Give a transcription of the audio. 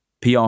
PR